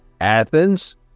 Athens